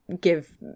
give